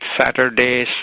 Saturday